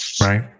Right